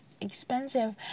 expensive